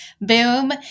boom